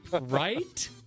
Right